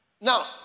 Now